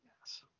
Yes